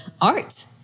art